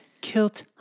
kilt